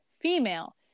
female